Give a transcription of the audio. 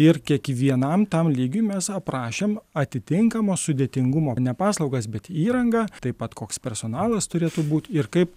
ir kiekvienam tam lygiui mes aprašėm atitinkamo sudėtingumo ne paslaugas bet įrangą taip pat koks personalas turėtų būt ir kaip